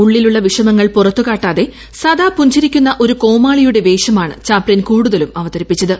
ഉളളിലുളള വിഷമങ്ങൾ പുറത്തു കാട്ടാതെ സദാ ്ഷൂർച്ചിരിക്കുന്ന ഒരു കോമാളിയുടെ വേഷമാണ് ചാപ്പിൻ കൂടുതലും അവതരിപ്പിച്ചത്